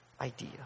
idea